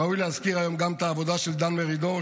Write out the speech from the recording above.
ראוי להזכיר היום גם את העבודה של דן מרידור,